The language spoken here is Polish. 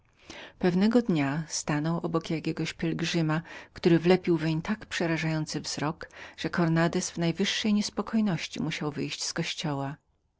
pewnego dnia stanął obok jakiegoś pielgrzyma który wlepił weń tak przerażający wzrok że cornandez w najwyższej niespokojności musiał wyjść z kościoła